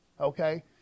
okay